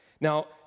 Now